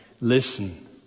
listen